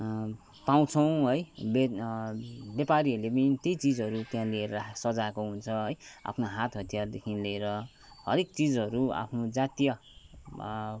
पाउँछौ है बेद बेपारीहरूले पनि त्यही चिजहरू त्यहाँ लिएर सजाको हुन्छ है आफ्नो हात हतियारदेखि लिएर हरेक चिजहरू आफ्नो जातीय